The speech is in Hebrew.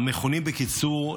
המכונים בקיצור,